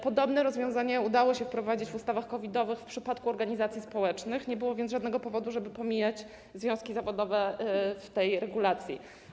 Podobne rozwiązanie udało się wprowadzić w ustawach COVID-owych w przypadku organizacji społecznych, nie było więc żadnego powodu, żeby pomijać związki zawodowe w tej regulacji.